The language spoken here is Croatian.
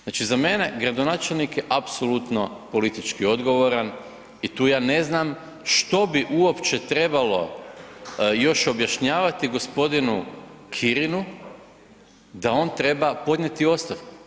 Znači, za mene gradonačelnik je apsolutno politički odgovoran i tu ja ne znam što bi uopće trebalo još objašnjavati g. Kirinu da on treba podnijeti ostavku.